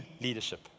leadership